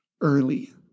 early